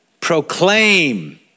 proclaim